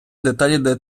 деталі